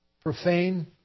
profane